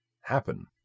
happen